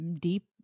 deep